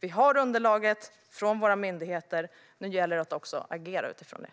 Vi har underlaget från myndigheterna. Nu gäller det att också agera utifrån detta.